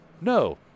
No